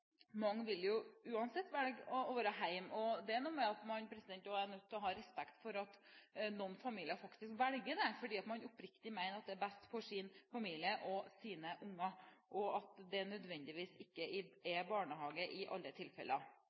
mange uansett vil velge å være hjemme. Det er også noe med at man er nødt til å ha respekt for at noen familier faktisk velger det, fordi de oppriktig mener at det er best for sin familie og sine unger, at det nødvendigvis ikke er best med barnehage i alle tilfeller.